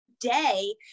day